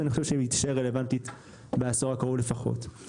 ואני חושב שהיא תישאר רלוונטית בעשור הקרוב לפחות.